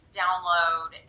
download